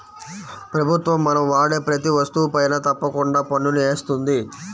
ప్రభుత్వం మనం వాడే ప్రతీ వస్తువుపైనా తప్పకుండా పన్నుని వేస్తుంది